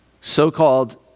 so-called